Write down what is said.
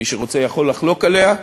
מי שרוצה יכול לחלוק עליה,